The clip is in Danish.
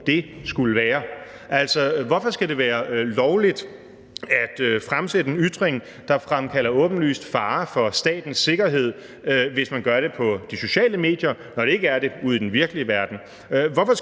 det skulle være. Altså, hvorfor skal det være lovligt at fremsætte en ytring, der fremkalder åbenlys fare for statens sikkerhed, på de sociale medier, når det ikke er det ude i den virkelige verden? Hvorfor skal